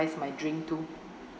my drink too